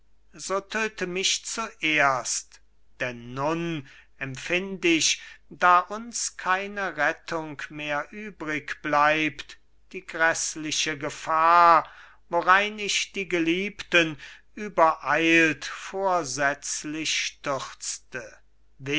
so tödte mich zuerst denn nun empfind ich da uns keine rettung mehr übrig bleibt die gräßliche gefahr worein ich die geliebten übereilt vorsetzlich stürzte